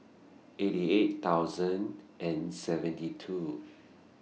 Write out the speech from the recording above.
eighty eight thousand and seventy two